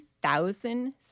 thousand